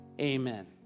Amen